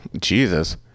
Jesus